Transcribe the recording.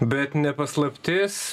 bet ne paslaptis